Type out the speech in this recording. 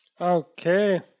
Okay